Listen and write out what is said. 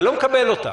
אני לא מקבל אותה.